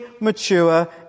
mature